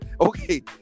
Okay